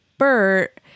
Bert